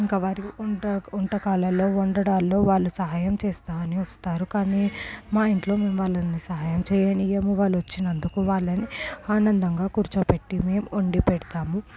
ఇంకా వారి వంటకాలలో వండటాల్లో వాళ్ళు సహాయం చేస్తాను అని వస్తారు కానీ మా ఇంట్లో మేము వాళ్ళని సహాయం చేయనీయము వాళ్ళు వచ్చినందుకు వాళ్ళని ఆనందంగా కూర్చోబెట్టి మేము వండి పెడతాము